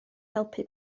helpu